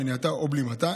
מניעתה או בלימתה,